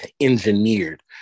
engineered